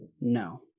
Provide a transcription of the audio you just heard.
No